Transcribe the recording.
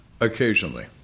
occasionally